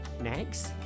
Next